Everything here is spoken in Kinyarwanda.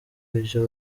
ivyo